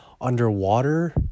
underwater